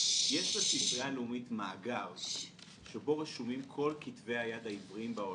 יש בספרייה הלאומית מאגר שבו רשומים כל כתבי היד העבריים בעולם.